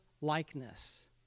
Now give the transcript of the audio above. likeness